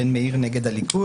בן מאיר נגד הליכוד.